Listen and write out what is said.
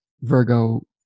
Virgo